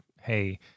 hey